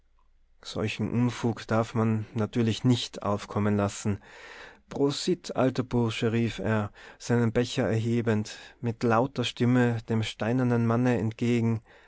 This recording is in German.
solchen unfug darf man natürlich nicht aufkommen lassen prosit alter bursche rief er seinen becher erhebend mit lauter stimme dem steinernen manne entgegen